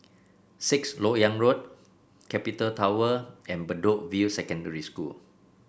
Sixth LoK Yang Road Capital Tower and Bedok View Secondary School